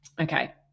okay